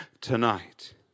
tonight